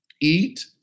eat